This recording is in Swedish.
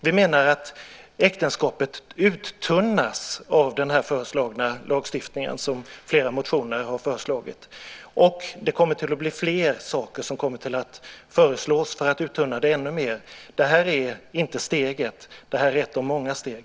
Vi menar att äktenskapet uttunnas av den lagstiftning som föreslås i flera motioner. Det kommer att bli fler saker som kommer att föreslås för att uttunna det ännu mer. Det är inte steget. Det här är ett av många steg.